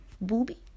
booby